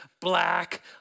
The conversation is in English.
black